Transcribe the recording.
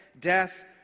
death